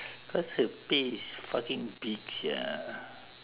cause her pay is fucking big sia